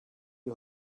you